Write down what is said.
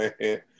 man